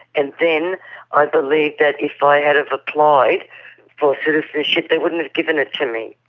and then i believe that if i had of applied for citizenship they wouldn't have given it to me.